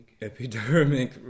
Epidermic